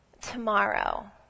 tomorrow